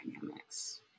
dynamics